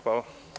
Hvala.